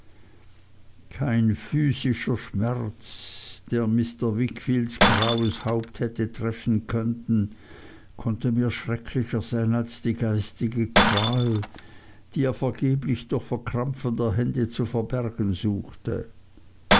kein physischer schmerz der mr wickfields graues haupt hätte treffen können konnte mir schrecklicher sein als die geistige qual die er vergeblich durch verkrampfen der hände zu verbergen suchte